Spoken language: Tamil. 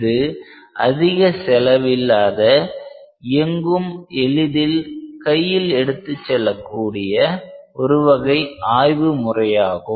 இது அதிக செலவில்லாத எங்கும் எளிதில் கையில் எடுத்துச் செல்லக்கூடிய ஒரு வகை ஆய்வு முறையாகும்